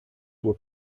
were